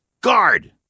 Guard